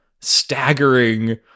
staggering